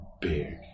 big